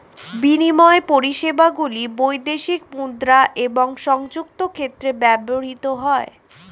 বিনিময় পরিষেবাগুলি বৈদেশিক মুদ্রা এবং সংযুক্ত ক্ষেত্রে ব্যবহৃত হয়